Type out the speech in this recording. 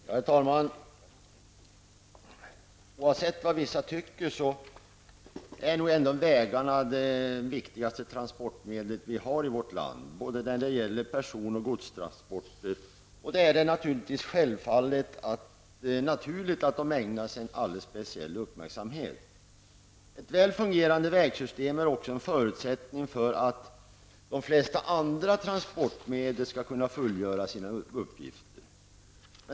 Herr talman! Oavsett vad vissa tycker är nog bilarna det viktigaste transportmedlet i vårt land för både person och godstransporter. Därför är det naturligt att vägarna ägnas alldeles speciell uppmärksamhet. Ett väl fungerande vägsystem är också en förutsättning för att de flesta andra transportmedel skall kunna fullgöra sina uppgifter.